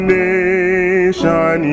nation